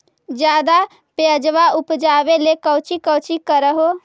ज्यादा प्यजबा उपजाबे ले कौची कौची कर हो?